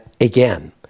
again